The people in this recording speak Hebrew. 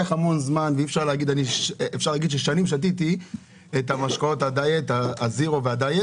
במשך שנים שתיתי משקאות זירו ודיאט